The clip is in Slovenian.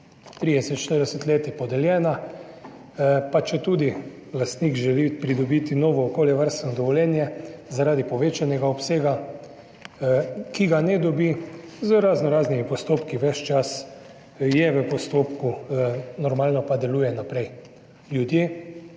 dovoljenja, četudi lastnik želi pridobiti novo okoljevarstveno dovoljenje zaradi povečanega obsega, ki ga ne dobi, z raznoraznimi postopki, ves čas je v postopku, normalno deluje naprej, ljudje